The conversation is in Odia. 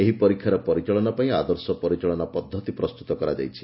ଏହି ପରୀକ୍ଷାର ପରିଚାଳନା ପାଇଁ ଆଦର୍ଶ ପରିଚାଳନା ପଦ୍ଧତି ପ୍ରସ୍ତୁତ କରାଯାଇଛି